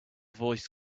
voice